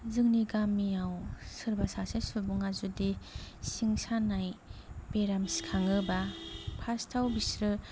जोंनि गामियाव सोरबा सासे सुबुंआ जुदि सिं सानाय बेराम सिखाङोबा फार्स आव बिसोरो